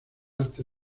arte